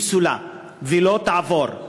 היא פסולה ולא תעבור,